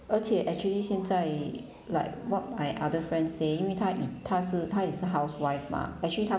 而且 actually 现在 like what my other friend say 因为她她是她也是 housewife mah actually 她